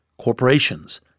corporations